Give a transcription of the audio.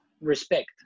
respect